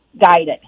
guided